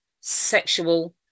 sexual